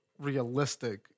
realistic